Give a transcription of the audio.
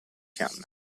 fiamme